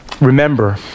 remember